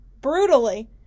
brutally